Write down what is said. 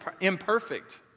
imperfect